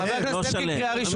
חבר הכנסת אלקין, קריאה ראשונה.